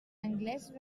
anglés